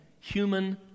human